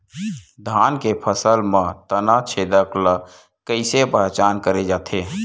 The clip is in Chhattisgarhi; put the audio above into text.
धान के फसल म तना छेदक ल कइसे पहचान करे जाथे?